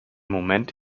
moment